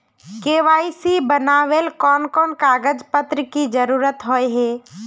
KYC बनावेल कोन कोन कागज पत्र की जरूरत होय है?